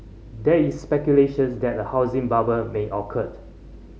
there is speculation that a housing bubble may occurred